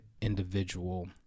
individual